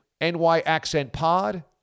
nyaccentpod